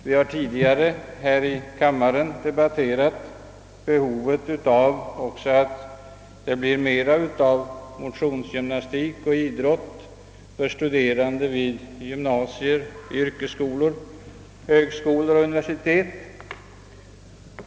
Vi har tidigare här i kammaren även debatterat önskvärdheten av mera motionsgymnastik och idrott för studerande vid gymnasier, yrkesskolor, högskolor och universitet.